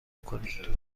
کنید